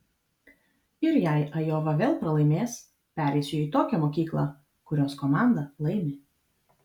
ir jei ajova vėl pralaimės pereisiu į tokią mokyklą kurios komanda laimi